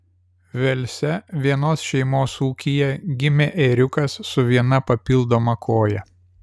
velse vienos šeimos ūkyje gimė ėriukas su viena papildoma koja